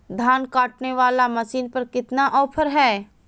धान काटने वाला मसीन पर कितना ऑफर हाय?